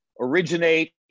originate